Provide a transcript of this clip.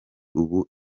ubu